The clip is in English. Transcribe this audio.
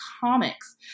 comics